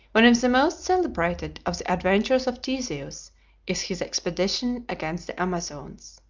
one of the most celebrated of the adventures of theseus is his expedition against the amazons.